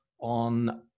on